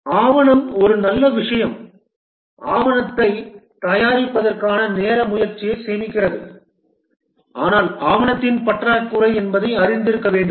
ஆவணம் ஒரு நல்ல விஷயம் ஆவணத்தைத் தயாரிப்பதற்கான நேர முயற்சியைச் சேமிக்கிறது ஆனால் ஆவணத்தின் பற்றாக்குறை என்பதை அறிந்திருக்க வேண்டும்